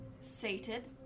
sated